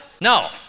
No